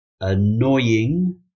Annoying